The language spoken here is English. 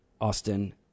Austin